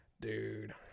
Dude